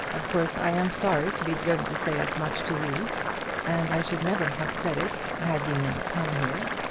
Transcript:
of course i am sorry to be driven to say as much to you and i should never have said it, had you not come here.